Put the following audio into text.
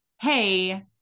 hey